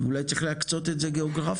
אולי צריך להקצות את זה גיאוגרפית,